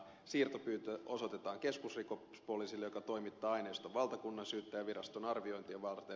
siirtopyyntö osoitetaan keskusrikospoliisille joka toimittaa aineiston valtakunnansyyttäjänviraston arviointia varten